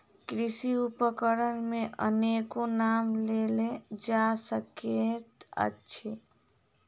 कृषि उपकरण मे अनेको नाम लेल जा सकैत अछि